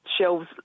shelves